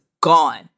gone